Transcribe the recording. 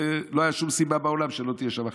אז לא הייתה שום סיבה בעולם שתהיה שם הכנסה.